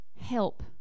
help